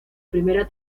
primera